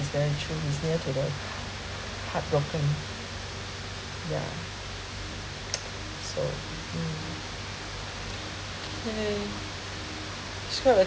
eventually is near to the heartbroken yeah so mm okay so like